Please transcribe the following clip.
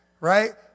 right